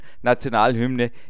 Nationalhymne